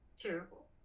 terrible